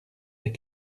des